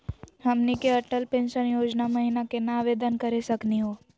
हमनी के अटल पेंसन योजना महिना केना आवेदन करे सकनी हो?